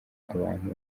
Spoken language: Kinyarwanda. abantu